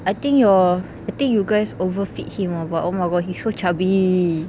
I think your I think you guys overfeed him ah but oh my god he's so chubby